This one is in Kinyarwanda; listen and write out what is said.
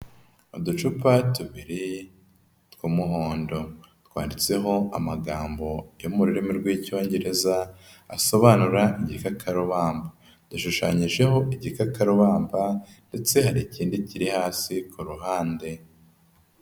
Uducupa tubiri tw'umuhondo twanditseho amagambo yo mu rurimi rw'Icyongereza asobanura igikarubamba, dushushanyijeho igikakarubamba ndetse hari ikindi kiri hasi ku ruhande.